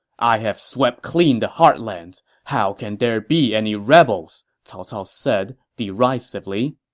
i have swept clean the heartlands. how can there be any rebels? cao cao said derisively